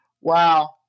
Wow